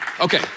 okay